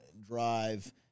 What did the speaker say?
drive